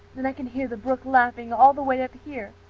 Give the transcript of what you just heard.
and i can hear the brook laughing all the way up here.